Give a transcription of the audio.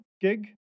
gig